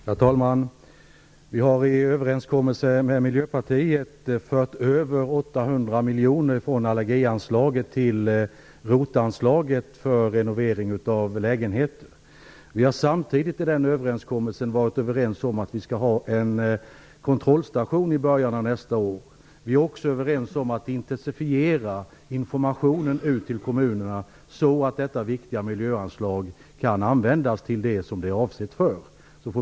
Herr talman! Vi har i en överenskommelse med Miljöpartiet fört över 800 miljoner från allergianslaget till ROT-anslaget för renovering av lägenheter. Vi har samtidigt i den överenskommelsen varit överens om att ha en kontrollstation i början av nästa år. Vi är också överens om att intensifiera informationen till kommunerna så att detta viktiga miljöanslag kan användas till det som det är avsett för.